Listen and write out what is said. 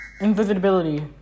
Invisibility